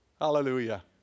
Hallelujah